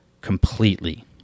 completely